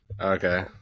Okay